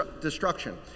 destruction